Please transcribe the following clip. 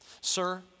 Sir